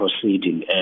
proceeding